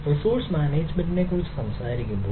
resource മാനേജ്മെന്റിനെക്കുറിച്ച് സംസാരിക്കുമ്പോൾ